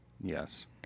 Yes